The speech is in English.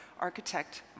architect